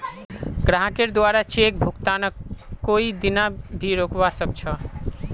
ग्राहकेर द्वारे चेक भुगतानक कोई दीना भी रोकवा सख छ